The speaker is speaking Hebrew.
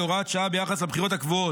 כהוראת שעה ביחס לבחירות הקבועות,